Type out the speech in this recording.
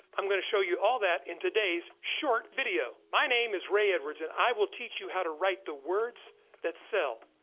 i'm gonna show you all that in today's short video. my name is ray edwards, and i will teach you how to write the words that sell.